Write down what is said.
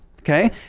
Okay